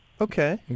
Okay